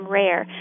rare